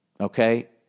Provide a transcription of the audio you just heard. Okay